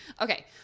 Okay